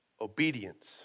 Obedience